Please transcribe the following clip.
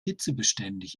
hitzebeständig